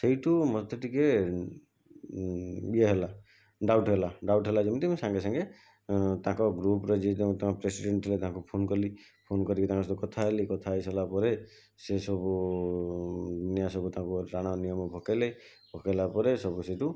ସେଇଠୁ ମୋତେ ଟିକେ ଇଏ ହେଲା ଡାଉଟ୍ ହେଲା ଡାଉଟ୍ ହେଲା ଯେମିତି ମୁଁ ସାଙ୍ଗେ ସାଙ୍ଗେ ତାଙ୍କ ଗ୍ରୁପ୍ରେ ଯିଏ ତାଙ୍କ ପ୍ରେସିଡେଣ୍ଟ୍ ଥିଲେ ତାଙ୍କୁ ଫୋନ୍ କଲି ଫୋନ୍ କରିକି ତାଙ୍କ ସହ କଥା ହେଲି କଥା ହେଇସାରିଲା ପରେ ସିଏ ସବୁ ଦୁନିଆ ସବୁ ତାଙ୍କୁ ରାଣ ନିୟମ ପକେଇଲେ ପକେଇଲା ପରେ ସବୁ ସେଠୁ